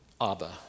Abba